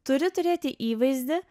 turi turėti įvaizdį